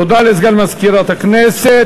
תודה לסגן מזכירת הכנסת.